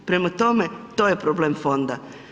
Prema tome, to je problem fonda.